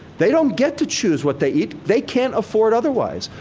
they don't get to choose what they eat. they can't afford otherwise.